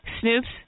Snoop's